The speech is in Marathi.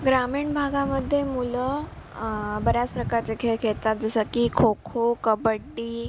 ग्रामीण भागामध्ये मुलं बऱ्याच प्रकारचे खेळ खेळतात जसं की खो खो कबड्डी